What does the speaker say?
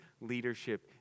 leadership